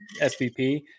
SVP